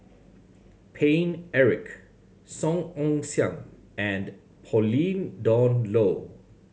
Paine Eric Song Ong Siang and Pauline Dawn Loh